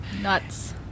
Nuts